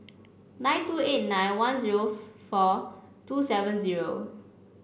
nine two eight nine one zero four two seven zero